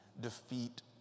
defeat